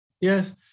Yes